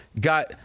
got